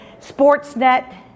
Sportsnet